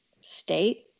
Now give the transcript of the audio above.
state